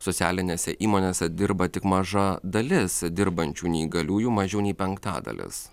socialinėse įmonėse dirba tik maža dalis dirbančių neįgaliųjų mažiau nei penktadalis